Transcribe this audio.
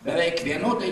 beveik vienodai